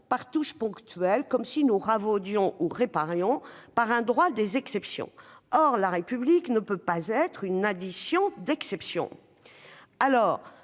par touches ponctuelles, comme si nous ravaudions ou réparions, par un droit des exceptions. Or la République ne peut pas être une addition d'exceptions.